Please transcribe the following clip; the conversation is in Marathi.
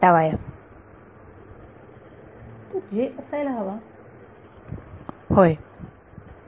विद्यार्थी तो j असायला हवा Refer Time 0434